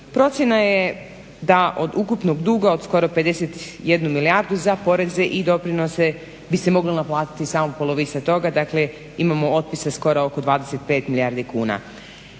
procjena je da od ukupnog duga od skoro 51 milijardu za poreze i doprinose bi se mogla naplatiti samo polovica toga, dakle imamo otpisa skoro oko 25 milijardi kuna.